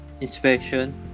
inspection